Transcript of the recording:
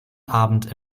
abend